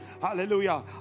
Hallelujah